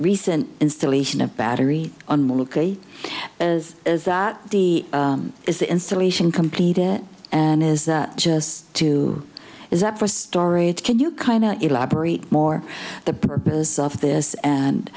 recent installation of battery is is that the is the installation complete it and is just too is that for storage can you kind of elaborate more the purpose of this and